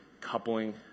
coupling